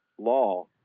law